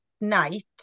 night